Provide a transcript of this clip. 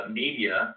media